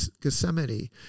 Gethsemane